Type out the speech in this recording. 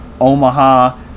Omaha